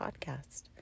podcast